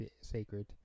sacred